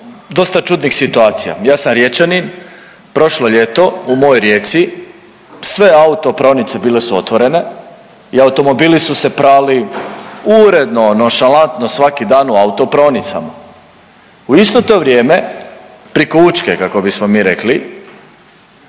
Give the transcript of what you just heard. dosta čudnih situacija, ja sam Riječanin, prošlo ljeto u mojoj Rijeci sve autopraonice bile su otvorene i automobili su se prali uredno, nonšalantno svaki dan u autopraonicama. U isto to vrijeme priko Učke, kako bismo mi rekli,